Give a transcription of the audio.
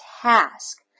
task